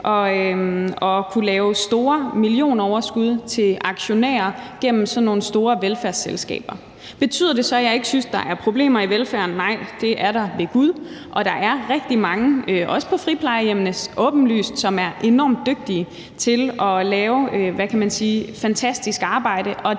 og kunne lave store millionoverskud til aktionærer gennem sådan nogle store velfærdsselskaber. Betyder det så, at jeg ikke synes, der er problemer i velfærden? Nej, det er der ved gud, og der er åbenlyst også rigtig mange på friplejehjemmene, som er enormt dygtige til at lave et fantastisk arbejde,